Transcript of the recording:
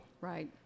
Right